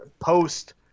post